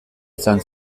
izan